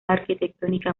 arquitectónica